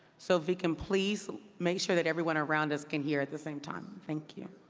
so if we can please make sure that everyone around us can hear at the same time. thank you.